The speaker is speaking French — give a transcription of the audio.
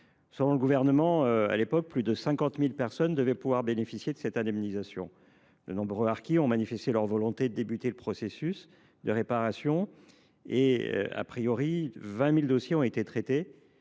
Selon le gouvernement de l’époque, plus de 50 000 personnes devaient ainsi pouvoir bénéficier de cette indemnisation. De nombreux harkis ont manifesté leur volonté de débuter ce processus de réparation : selon le bilan